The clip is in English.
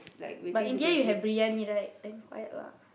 but in the end you had briyani right then quiet lah